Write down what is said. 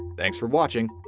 thanks for watching!